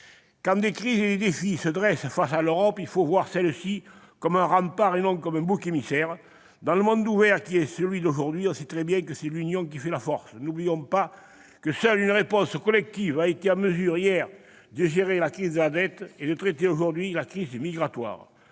Quand des crises et des défis se dressent face à l'Europe, il faut voir celle-ci comme un rempart, et non comme un bouc émissaire. Dans le monde ouvert d'aujourd'hui, on sait très bien que c'est l'union qui fait la force. N'oublions pas que seule une réponse collective a permis de gérer la crise de la dette et de traiter la crise migratoire.